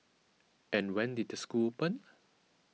and when did the school open